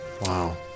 Wow